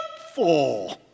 helpful